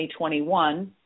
2021 –